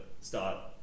start